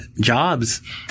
jobs